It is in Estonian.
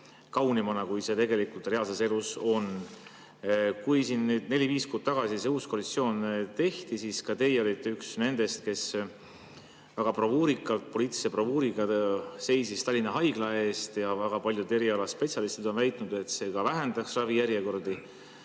kaunimana, kui tegelikult reaalses elus on. Kui neli‑viis kuud tagasi uus koalitsioon tehti, siis ka teie olite üks nendest, kes väga bravuurikalt, poliitilise bravuuriga seisis Tallinna Haigla eest, ja väga paljud spetsialistid on väitnud, et see vähendaks ravijärjekordi.